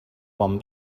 bon